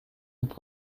mit